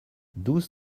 douze